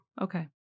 okay